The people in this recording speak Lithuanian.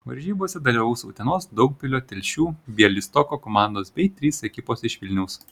varžybose dalyvaus utenos daugpilio telšių bialystoko komandos bei trys ekipos iš vilniaus